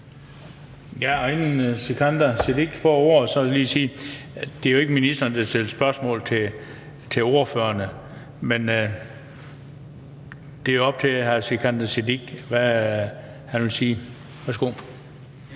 Inden Sikandar Siddique får ordet, vil jeg lige sige, at det jo ikke er ministeren, der stiller spørgsmål til ordførerne. Så det er op til hr. Sikandar Siddique, hvad han vil sige. Værsgo.